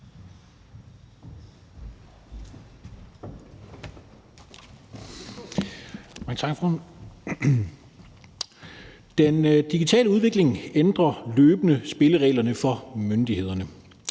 Den digitale udvikling ændrer løbende spillereglerne for myndigheder,